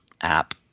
app